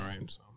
right